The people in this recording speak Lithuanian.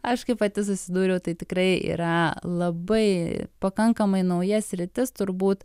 aišku pati susidūriau tai tikrai yra labai pakankamai nauja sritis turbūt